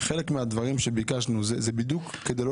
וחלק מהדברים שביקשנו הם בדיוק כדי לא